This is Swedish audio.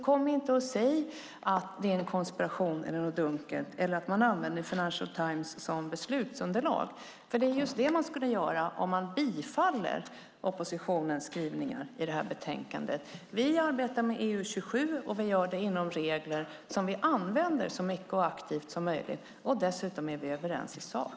Kom inte och säg att det är en konspiration eller något dunkelt eller att man använder Financial Times som beslutsunderlag! Men det är just det man skulle göra om man bifaller oppositionens skrivningar i det aktuella betänkandet. Vi arbetar med EU 27, och vi gör det inom regler som vi använder så mycket och så aktivt som möjligt. Dessutom är vi överens i sak.